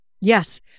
yes